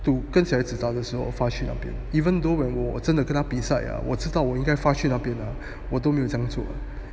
to 跟小孩子打的时候我发去那边 even though when 我真的跟他比赛啊我知道我应该发去那边啊我都没有这样做 rate is very risky or to put it very close to attack 我还没有 technical level